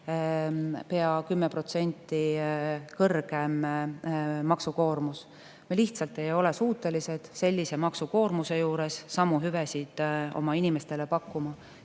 pea 10% kõrgem maksukoormus. Me lihtsalt ei ole suutelised sellise maksukoormuse juures samu hüvesid oma inimestele pakkuma.